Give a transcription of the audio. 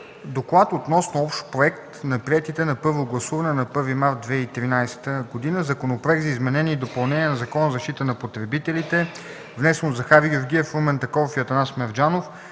„Доклад относно общ Проект на приетите на първо гласуване на 1 март 2013 г. Законопроект за изменение и допълнение на Закона за защита на потребителите, внесен от Захари Георгиев, Румен Такоров и Атанас Мерджанов,